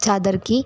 चादर की